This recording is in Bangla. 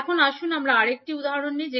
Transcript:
এখন আসুন আমরা আরেকটি উদাহরণ নিই